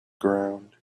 ground